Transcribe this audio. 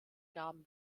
gaben